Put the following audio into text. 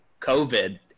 COVID